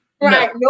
Right